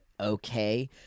okay